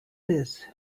this